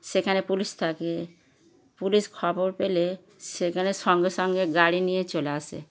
সেখানে পুলিশ থাকে পুলিশ খবর পেলে সেখানে সঙ্গে সঙ্গে গাড়ি নিয়ে চলে আসে